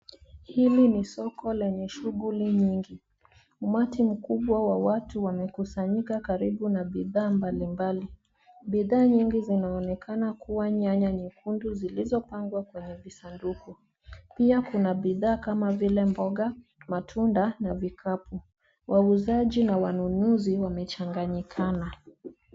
Hili ni soko lenye shuguli nyingi. Umati mkubwa wa watu wamekusanyika karibu na bidhaa mbali mbali Bidhaa nyingi zinaonekana kuwa nyanya nyekundu zilizopangwa kwenye visanduku. Pia kuna bidhaa kama vile mboga, matunda na vikapu. Wauzaji na wanunuzi wamechanganyikana.